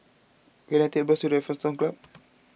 can I take a bus to Raffles Town Club